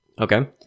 Okay